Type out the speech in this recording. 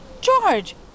George